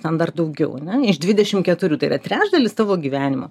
ten dar daugiau iš dvidešim keturių tai yra trečdalis tavo gyvenimo